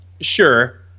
Sure